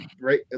right